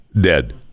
dead